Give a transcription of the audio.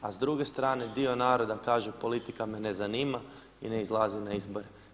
A s druge strane, dio naroda kaže politika me ne zanima i ne izlazi na izbore.